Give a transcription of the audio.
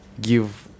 give